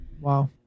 Wow